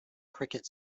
cricket